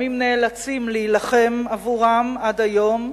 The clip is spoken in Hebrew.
גם אם נאלצים להילחם עבורם עד היום,